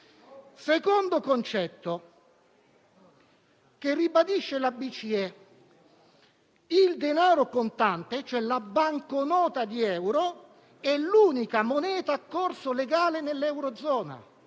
secondo concetto, che la BCE ribadisce: il denaro contante, cioè la banconota di euro, è l'unica moneta a corso legale nell'eurozona.